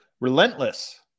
Relentless